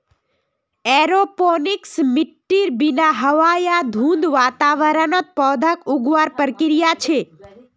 aeroponics मिट्टीर बिना हवा या धुंध वातावरणत पौधाक उगावार प्रक्रिया छे